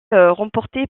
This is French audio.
remportée